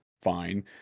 fine